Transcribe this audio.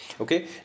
Okay